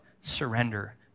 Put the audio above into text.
surrender